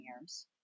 years